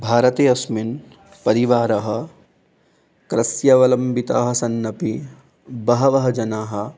भारते अस्मिन् परिवारः कृष्यवलम्बितः सन्नपि बहवः जनाः